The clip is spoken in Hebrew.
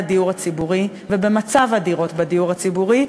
הדיור הציבורי ובמצב הדירות בדיור הציבורי,